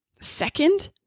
Second